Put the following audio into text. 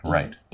Right